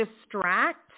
distract